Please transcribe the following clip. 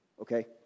Okay